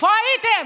איפה הייתם?